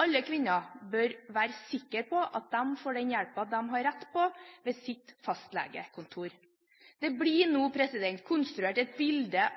Alle kvinner bør være sikker på at de får den hjelpen de har rett på, ved sitt fastlegekontor. Det blir nå konstruert et bilde